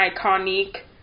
iconic